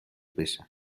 بشم